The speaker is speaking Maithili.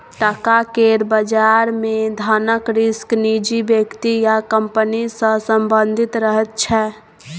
टका केर बजार मे धनक रिस्क निजी व्यक्ति या कंपनी सँ संबंधित रहैत छै